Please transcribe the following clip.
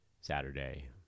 Saturday